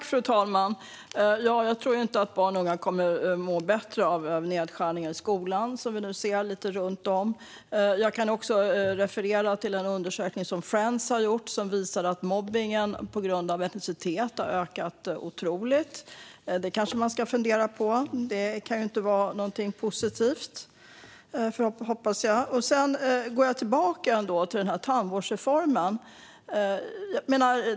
Fru talman! Jag tror ju inte att barn och unga kommer att må bättre av de nedskärningar i skolan som vi nu ser lite runt om i landet. Jag kan också referera till en undersökning som Friends har gjort, som visar att mobbningen på grund av etnicitet har ökat otroligt. Det kanske man ska fundera över. Det kan inte vara något positivt. Låt mig gå tillbaka till detta med tandvårdsreformen.